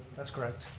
that's correct.